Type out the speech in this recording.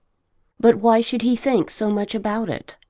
but why should he think so much about it?